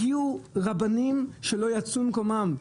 הגיעו רבנים שלא נוהגים לצאת ממקומם,